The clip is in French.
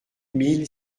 mille